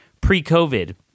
pre-COVID